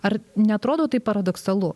ar neatrodo taip paradoksalu